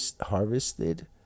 harvested